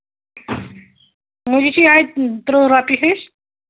مےٚ اَتہِ تٕرٛہ رۄپیہِ ہِش